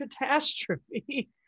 catastrophe